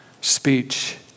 speech